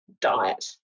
diet